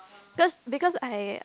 because because I